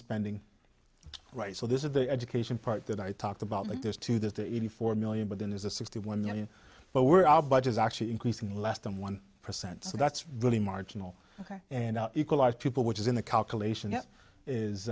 spending right so this is the education part that i talked about like this to the eighty four million but then there's a sixty one million but we're all budgets actually increasing less than one percent so that's really marginal and equalize people which is in the calculation